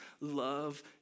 Love